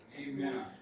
Amen